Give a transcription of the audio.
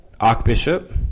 Archbishop